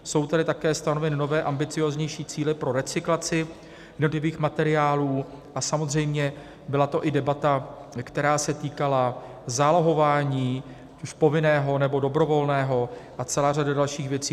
Jsou tady také stanoveny nové, ambicióznější cíle pro recyklaci jednotlivých materiálů a samozřejmě byla to i debata, která se týkala zálohování, povinného nebo dobrovolného, a celá řada dalších věcí.